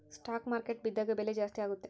stock market ಬಿದ್ದಾಗ ಬೆಲೆ ಜಾಸ್ತಿ ಆಗುತ್ತೆ